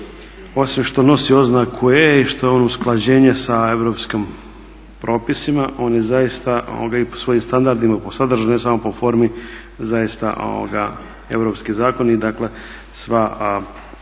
osim što nosi oznaku "E" i što je on usklađenje sa europskim propisima on je zaista i po svojim standardima, po sadržaju ne samo po formi zaista europski zakon i dakle sva dobra,